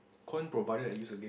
coin provided and use again